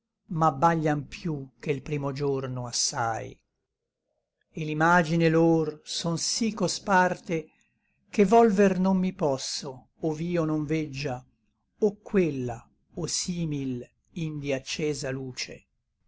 anno m'abbaglian piú che l primo giorno assai et l'imagine lor son sí cosparte che volver non mi posso ov'io non veggia o quella o simil indi accesa luce